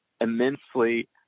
immensely